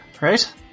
right